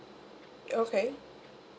okay